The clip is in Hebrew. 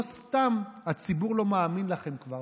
לא סתם הציבור לא מאמין לכם כבר.